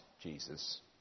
Jesus